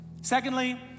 Secondly